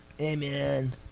amen